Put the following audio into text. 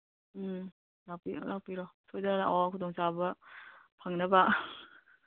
ꯎꯝ ꯂꯥꯛꯄꯤꯔꯣ ꯂꯥꯛꯄꯤꯔꯣ ꯁꯣꯏꯗꯅ ꯂꯥꯛꯑꯣ ꯈꯨꯗꯣꯡꯆꯥꯕ ꯐꯪꯅꯕ